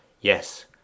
Yes